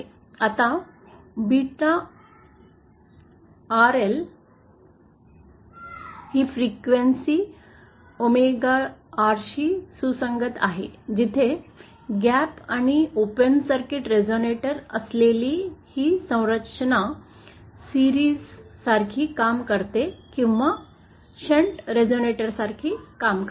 आता beta R L frequency omega R शी सुसंगत आहे जिथे गॅप आणि ओपन सर्किट रेझोनेटर असलेली ही संरचना सीरीज सारखी काम करते किंवा शंट रेझोनेटरसारखी काम करते